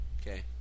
Okay